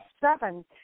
seven